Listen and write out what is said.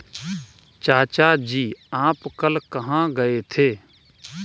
चाचा जी आप कल कहां गए थे?